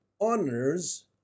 honors